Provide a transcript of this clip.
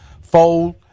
fold